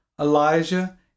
Elijah